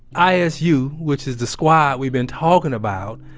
isu, which is the squad we've been talking about,